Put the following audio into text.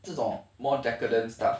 这种 more decadent stuff